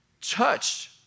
touched